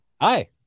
Hi